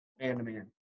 man-to-man